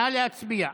נא להצביע.